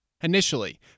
Initially